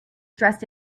dressed